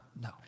no